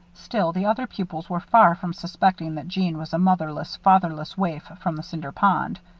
still, the other pupils were far from suspecting that jeanne was a motherless, fatherless waif from the cinder pond.